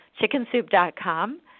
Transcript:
chickensoup.com